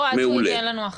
או עד שהוא ייתן לנו החלטה.